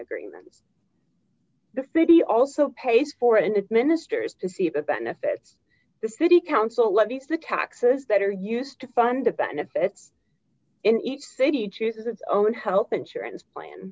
agreement the city also pays for it and it ministers to see the benefits the city council levies the taxes that are used to fund the benefits in each city chooses its own health insurance plan